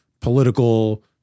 political